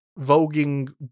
voguing